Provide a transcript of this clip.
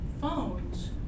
phones